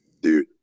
Dude